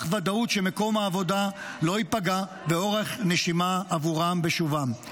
ודאות שמקום העבודה לא ייפגע ואורך נשימה עבורם בשובם.